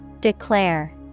Declare